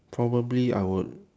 probably I would